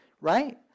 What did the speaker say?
right